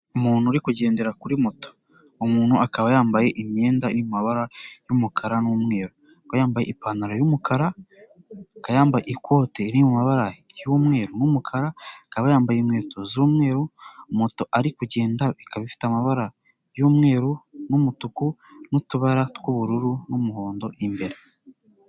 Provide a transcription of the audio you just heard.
Umuntu uri kugendera kuri moto umuntu akaba yambaye imyenda iri mu mamabara y'umukara n'umweru, akaba yambaye ipantaro y'umukara, akaba yambaye ikote riri mu mabara y'umweru n'umukara, akaba yambaye inkweto z'umweru moto ari kugendaho ikaba ifite amabara y'umweru n'umutuku n'utubara tw'ubururu n'umuhondo imbere.